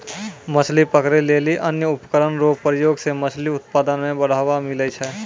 मछली पकड़ै लेली अन्य उपकरण रो प्रयोग से मछली उत्पादन मे बढ़ावा मिलै छै